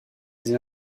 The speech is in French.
des